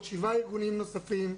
היו עוד שבעה ארגונים נוספים,